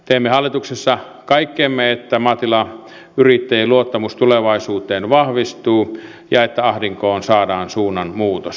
teemme hallituksessa kaikkemme että maatilayrittäjien luottamus tulevaisuuteen vahvistuu ja että ahdinkoon saadaan suunnanmuutos